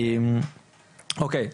אוקיי,